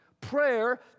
prayer